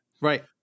Right